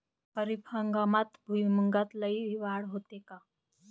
खरीप हंगामात भुईमूगात लई वाढ होते का?